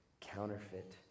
counterfeit